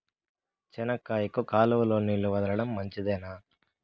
చెనక్కాయకు కాలువలో నీళ్లు వదలడం మంచిదేనా?